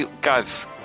guys